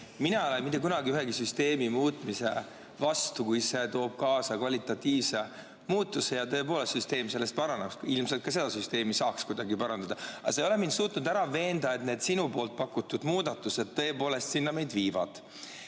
Mina ei ole mitte kunagi ühegi süsteemi muutmise vastu, kui see toob kaasa kvalitatiivse muutuse ja süsteem sellest tõepoolest paraneb. Ilmselt ka seda süsteemi saaks kuidagi parandada. Aga sa ei ole mind suutnud ära veenda, et need sinu pakutud muudatused meid tõepoolest sinna viivad.